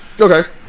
okay